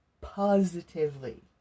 Positively